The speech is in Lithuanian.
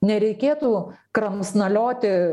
nereikėtų kramsnalioti